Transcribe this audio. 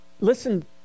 Listen